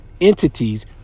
entities